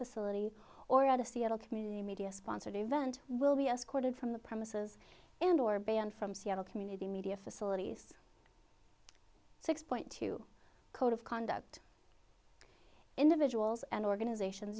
facility or out of seattle community media sponsored event will be escorted from the premises and or banned from seattle community media facilities six point two code of conduct individuals and organizations